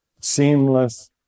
seamless